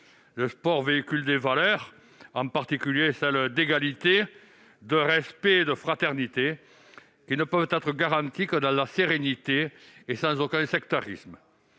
Le sport véhicule des valeurs, en particulier celles d'égalité, de respect et de fraternité, qui ne peuvent être garanties que dans la sérénité et sans aucun sectarisme.